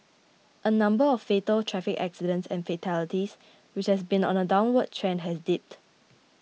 the number of fatal traffic accidents and fatalities which has been on a downward trend has dipped